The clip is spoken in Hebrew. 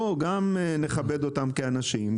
אז נכבד אותם כאנשים,